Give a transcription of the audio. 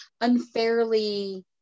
unfairly